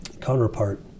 counterpart